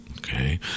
Okay